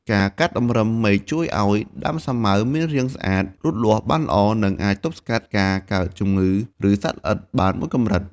ការកាត់តម្រឹមមែកជួយឲ្យដើមសាវម៉ាវមានរាងស្អាត លូតលាស់បានល្អ និងអាចទប់ស្កាត់ការកើតជំងឺឬសត្វល្អិតបានមួយកម្រិត។